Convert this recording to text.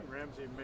Ramsey